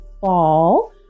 fall